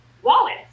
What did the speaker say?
wallets